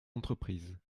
entreprises